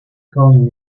calling